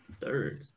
Third